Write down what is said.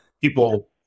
people